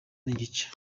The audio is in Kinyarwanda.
n’igice